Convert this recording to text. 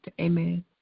Amen